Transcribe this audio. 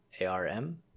A-R-M